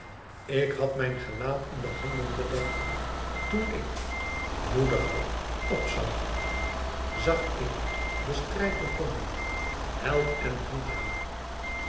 ik had mijn gelaat in de handen bedekt toen ik moediger op zag zag ik den strijd begonnen held en